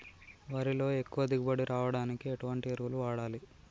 వరిలో ఎక్కువ దిగుబడి రావడానికి ఎటువంటి ఎరువులు వాడాలి?